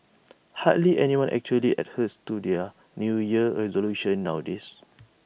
hardly anyone actually adheres to their New Year resolutions nowadays